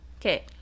Okay